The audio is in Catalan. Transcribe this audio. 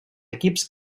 equips